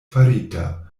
farita